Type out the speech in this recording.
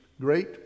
great